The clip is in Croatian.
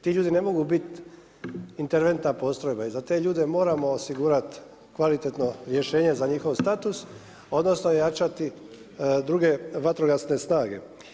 Ti ljudi ne mogu biti interventna postrojba i za te ljude moramo osigurati kvalitetno rješenje za njihov status odnosno ojačati druge vatrogasne snage.